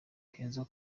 kenzo